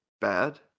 bad